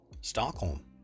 Stockholm